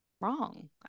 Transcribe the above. wrong